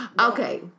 Okay